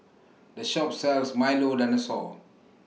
The Shop sells Milo Dinosaur